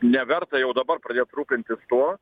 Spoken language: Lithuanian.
neverta jau dabar pradėt rūpintis tuo